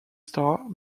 star